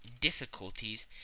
difficulties